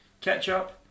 ketchup